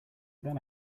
that